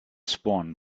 swan